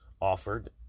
offered